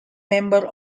member